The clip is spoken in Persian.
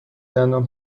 دندان